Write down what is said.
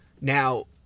now